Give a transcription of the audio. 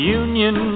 union